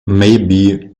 maybe